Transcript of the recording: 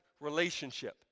relationship